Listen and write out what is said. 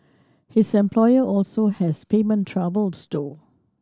his employer also has payment troubles though